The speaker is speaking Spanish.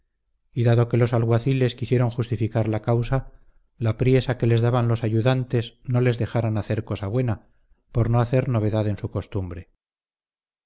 dado que los alguaciles quisieran justificar la causa la priesa que les daban los ayudantes no les dejaran hacer cosa buena por no hacer novedad en su costumbre